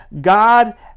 God